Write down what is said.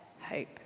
hope